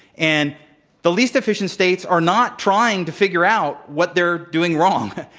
and the least efficient states are not trying to figure out what they're doing wrong.